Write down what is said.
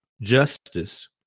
justice